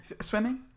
Swimming